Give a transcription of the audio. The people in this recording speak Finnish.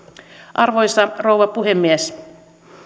arvoisa rouva puhemies